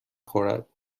خورد